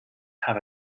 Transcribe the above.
have